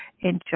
enjoy